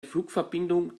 flugverbindung